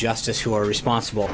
justice who are responsible